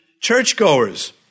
Churchgoers